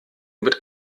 mit